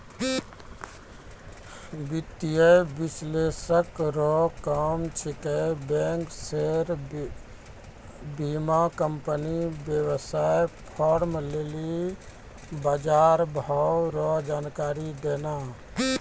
वित्तीय विश्लेषक रो काम छिकै बैंक शेयर बीमाकम्पनी वेवसाय फार्म लेली बजारभाव रो जानकारी देनाय